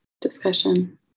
discussion